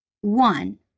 one